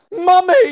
Mummy